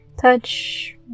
touch